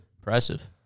Impressive